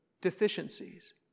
deficiencies